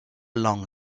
long